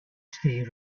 stay